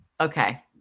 okay